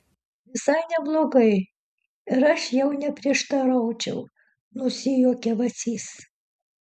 visai neblogai ir aš jau neprieštaraučiau nusijuokė vacys